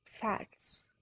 facts